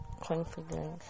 confident